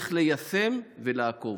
צריך ליישם ולעקוב.